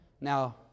Now